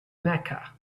mecca